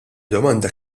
domanda